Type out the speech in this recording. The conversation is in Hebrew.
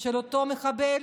של אותו מחבל